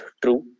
true